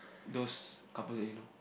those couple that you know